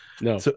No